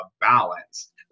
balance